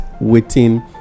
waiting